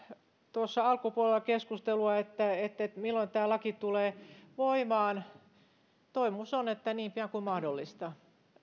tuossa alkupuolella keskustelua milloin tämä laki tulee voimaan toivomus on että niin pian kuin mahdollista